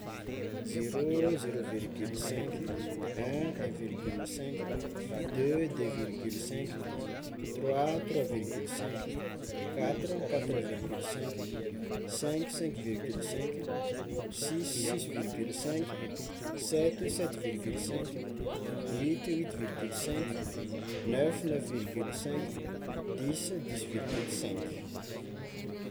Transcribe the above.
Zero, zéro virgule cinq, un, un virgule cinq, deux, deux virgule cinq, trois, trois virgule cinq, quatre, quatre virgule cinq, cinq, cinq virgule cinq, six, six virgule cinq, sept, sept virgule cinq, huit, huit virgule cinq, neuf, neuf virgule cinq, dix, dix virgule cinq.